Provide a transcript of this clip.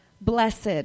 blessed